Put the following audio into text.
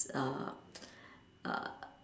err err